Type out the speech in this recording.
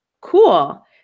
Cool